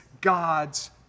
God's